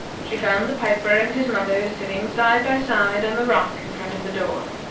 she found the piper and his mother sitting side by side on the rock in front of the door.